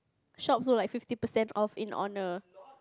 shops were like fifty percent off in honour